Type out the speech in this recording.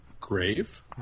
grave